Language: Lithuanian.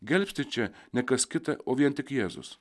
gelbsti čia ne kas kita o vien tik jėzus